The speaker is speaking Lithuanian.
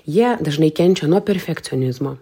jie dažnai kenčia nuo perfekcionizmo